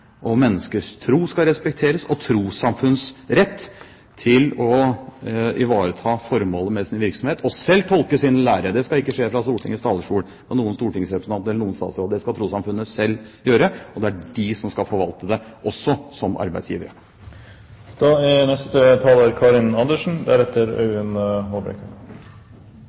der menneskers verdighet skal respekteres, menneskers tro skal respekteres og trossamfunnenes rett til å ivareta formålet med sin virksomhet og selv tolke sin lære skal respekteres. Det skal ikke skje fra Stortingets talerstol, fra noen stortingsrepresentanter eller fra noen statsråder – det skal trossamfunnene selv gjøre. Det er de som skal forvalte det også som arbeidsgiver. Én ting har representanten Høybråten rett i, og det er